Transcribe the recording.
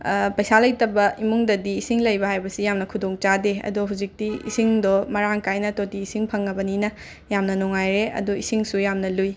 ꯄꯩꯁꯥ ꯂꯩꯇꯕ ꯏꯃꯨꯡꯗꯗꯤ ꯏꯁꯤꯡ ꯂꯩꯕ ꯍꯥꯏꯕꯁꯦ ꯌꯥꯝꯅ ꯈꯨꯗꯣꯡ ꯆꯥꯗꯦ ꯑꯗꯣ ꯍꯧꯖꯤꯛꯇꯤ ꯏꯁꯤꯡꯗꯣ ꯃꯔꯥꯡ ꯀꯥꯏꯅ ꯇꯣꯇꯤ ꯏꯁꯤꯡ ꯐꯪꯉꯕꯅꯤꯅ ꯌꯥꯝꯅ ꯅꯨꯡꯉꯥꯏꯔꯦ ꯑꯗꯣ ꯏꯁꯤꯡꯁꯨ ꯌꯥꯝꯅ ꯂꯨꯏ